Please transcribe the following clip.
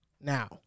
Now